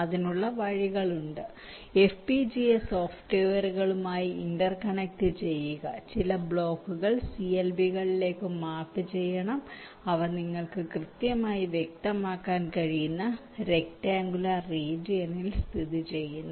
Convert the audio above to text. അതിനുള്ള വഴികളുണ്ട് FPGA സോഫ്റ്റ്വെയറുമായി ഇന്റർ കണക്റ്റ് ചെയ്യുക ചില ബ്ലോക്കുകൾ CLB കളിലേക്ക് മാപ്പ് ചെയ്തിരിക്കണം അവ നിങ്ങൾക്ക് കൃത്യമായി വ്യക്തമാക്കാൻ കഴിയുന്ന റേക്ടാങ്കുലർ റീജിയനിൽ സ്ഥിതിചെയ്യുന്നു